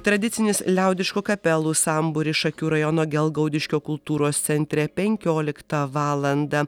tradicinis liaudiškų akapelų sambūris šakių rajono gelgaudiškio kultūros centre penkioliktą valandą